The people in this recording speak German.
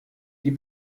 die